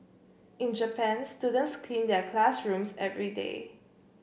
in Japan students clean their classrooms every day